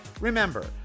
Remember